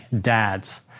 dads